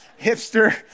Hipster